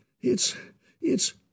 it's—it's